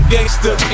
Gangster